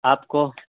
آپ کو